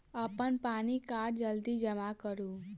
अप्पन पानि कार्ड जल्दी जमा करू?